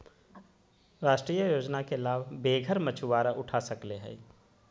राष्ट्रीय योजना के लाभ बेघर मछुवारा उठा सकले हें